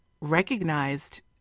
recognized